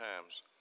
times